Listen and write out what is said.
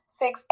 six